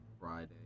Friday